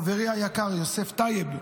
חברי היקר יוסף טייב,